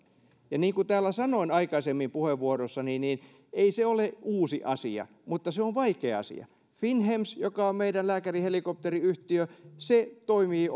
niin kuin täällä sanoin aikaisemmin puheenvuorossani ei se ole uusi asia mutta se on vaikea asia finnhems joka on meidän lääkärihelikopteriyhtiö toimii